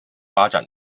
发展